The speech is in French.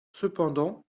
cependant